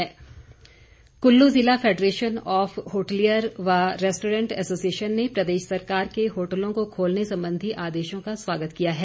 association Kullu जिला federation of hotelier व restaurant association ने प्रदेश सरकार के होटलों को खोलने संबंधी आदेशों का स्वागत किया है